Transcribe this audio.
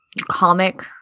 comic